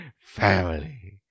Family